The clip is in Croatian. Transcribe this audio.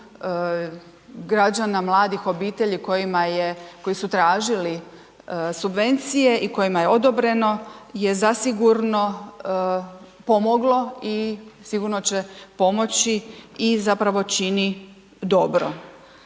građana, mladih obitelji kojima je, koji su tražili subvencije i kojima je odobreno je zasigurno pomoglo i sigurno će pomoći i zapravo čini dobro.